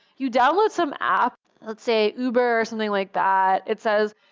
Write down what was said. you download some app, let's say, uber, or something like that, it says,